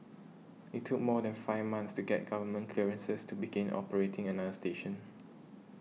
it took more than five months to get government clearances to begin operating another station